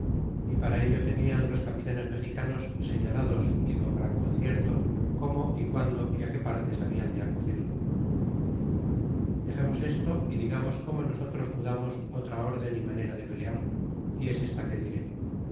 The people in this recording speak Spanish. y para ello tenian los capitanes mexicanos señalados y con gran concierto cómo y qundo y qué partes hablan de acudir dexemos esto y digamos como nosotros mudarnos otra órden y manera de pelear y es esta que diré